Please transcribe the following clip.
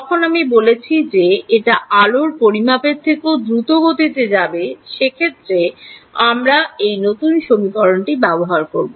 যখন আমি বলেছি যে এটা আলোর পরিমাপের থেকেও দ্রুত গতিতে যাবে সেক্ষেত্রে আমরা এই নতুন সমীকরণ ব্যবহার করব